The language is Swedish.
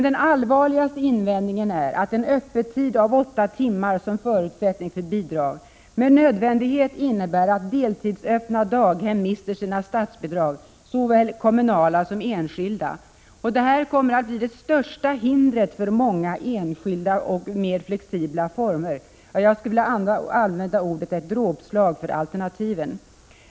Den allvarligaste invändningen är emellertid att en öppettid på åtta timmar som förutsättning för bidrag med nödvändighet innebär att deltidsöppna daghem mister sina statsbidrag, såväl kommunala som enskilda. Detta kommer att bli det största hindret för många enskilda och mer flexibla former. Jag skulle vilja använda uttrycket ett dråpslag för alternativen.